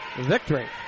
victory